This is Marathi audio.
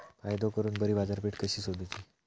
फायदो करून बरी बाजारपेठ कशी सोदुची?